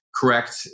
correct